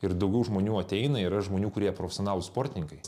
ir daugiau žmonių ateina yra žmonių kurie profesionalūs sportininkai